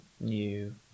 new